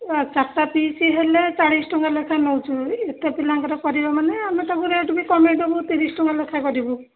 ନା ଚାରିଟା ପିସ୍ ହେଲେ ଚାଳିଶ ଟଙ୍କା ଲେଖା ନେଉଛୁ ଏତେ ପିଲାଙ୍କର କରିବେ ମାନେ ଆମେ ତୁମକୁ ସବୁ ରେଟ୍ କମାଇ ଦେବୁ ତିରିଶ ଟଙ୍କା ଲେଖାଏଁ କରିବୁ